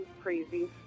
crazy